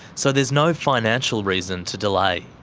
so there's no financial reason to delay.